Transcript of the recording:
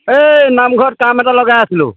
এই নামঘৰত কাম এটা লগাই আছিলোঁ